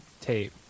tape